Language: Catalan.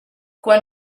quan